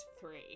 three